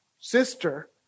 sister